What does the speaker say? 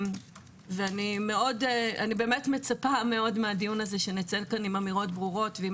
אני באמת מצפה מאוד מהדיון הזה שנצא מכאן עם אמירות ברורות ועם